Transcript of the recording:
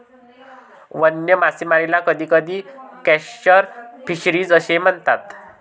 वन्य मासेमारीला कधीकधी कॅप्चर फिशरीज असेही म्हणतात